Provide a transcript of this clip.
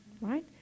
Right